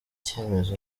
cyemezo